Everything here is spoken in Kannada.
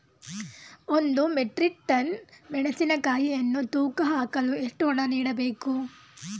ಒಂದು ಮೆಟ್ರಿಕ್ ಟನ್ ಮೆಣಸಿನಕಾಯಿಯನ್ನು ತೂಕ ಹಾಕಲು ಎಷ್ಟು ಹಣ ನೀಡಬೇಕು?